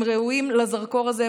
הם ראויים לזרקור הזה.